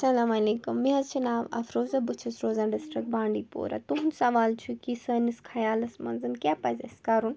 اَلسَلامُ علیکُم مےٚ حظ چھِ ناو اَفروٗزَہ بہٕ چھَس روزان ڈِسٹِرٛک بانٛڈی پورہ تُہُنٛد سوال چھُ کہِ سٲنِس خیالَس منٛز کیاہ پَزِ اسہِ کَرُن